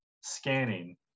scanning